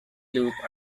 loop